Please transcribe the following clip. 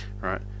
right